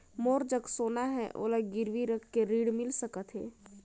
मोर जग सोना है ओला गिरवी रख के ऋण मिल सकथे?